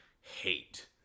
hate